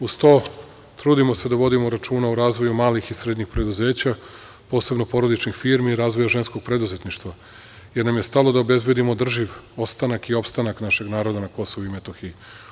Uz to trudimo se da vodimo računa o razvoju malih i srednjih preduzeća, posebno porodičnih firmi i razvoja ženskog preduzetništva, jer nam je stalo da obezbedimo održiv ostanak i opstanak našeg naroda na Kosovu i Metohiji.